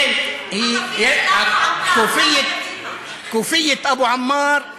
הכאפיה של עבו עמר,